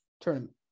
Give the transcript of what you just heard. tournament